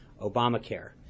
Obamacare